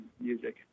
music